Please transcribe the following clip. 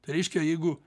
tai reiškia jeigu